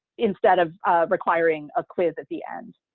instead of requiring a quiz at the end.